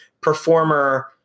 performer